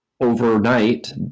overnight